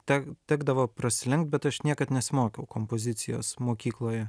tek tekdavo prasilenkt bet aš niekad nesimokiau kompozicijos mokykloj